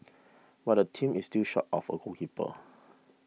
but the team is still short of a goalkeeper